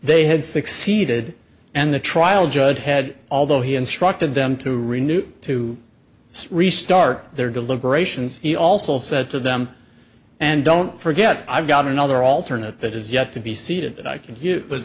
they had succeeded and the trial judge had although he instructed them to renew to see restart their deliberations he also said to them and don't forget i've got another alternate that is yet to be seated that i c